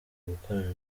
gukorana